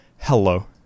Hello